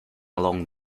along